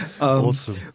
Awesome